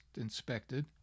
inspected